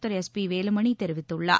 திரு S P Velumani தெரிவித்துள்ளார்